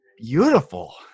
beautiful